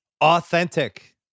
authentic